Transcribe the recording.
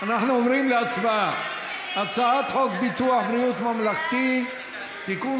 אנחנו עוברים להצבעה על הצעת חוק ביטוח ממלכתי (תיקון,